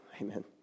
Amen